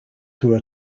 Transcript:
through